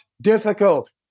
difficult